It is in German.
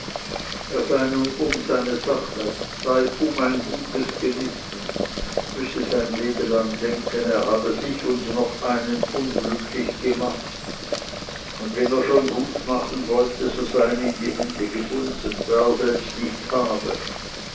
sei nun um seine sache sei um ein gutes gewissen müsse sein lebelang denken er habe sich und noch einen unglücklich gemacht und wenn er schon gut machen wollte so seien ihm die hände gebunden da er selbst nichts habe